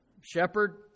shepherd